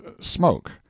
smoke